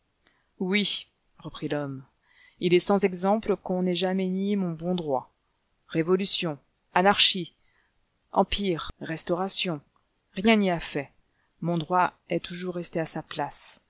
oui reprit l'homme il est sans exemple qu'on ait jamais nié mon bon droit révolution anarchie empire restauration rien n'y a fait mon droit est toujours resté à sa place